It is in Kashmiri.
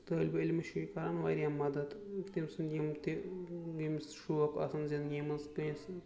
طالبہٕ علِمِس چھُ یہِ کران واریاہ مدد تٔمۍ سٔندۍ یِم تہِ ییٚمِس شوق آسان زندگی منٛز کٲنسہِ